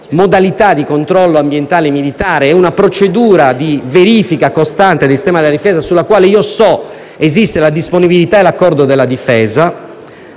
modalità di controllo ambientale e militare e una procedura di verifica costante del sistema di difesa - sulla quale so che esiste la disponibilità e l'accordo della Difesa